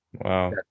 Wow